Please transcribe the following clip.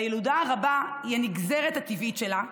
והילודה הרבה היא הנגזרת הטבעית שלה,